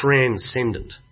transcendent